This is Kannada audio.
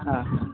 ಹಾಂ